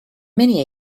many